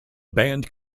band